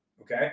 Okay